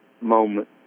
moment